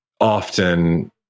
often